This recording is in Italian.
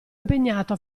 impegnato